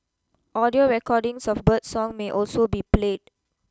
audio recordings of birdsong may also be played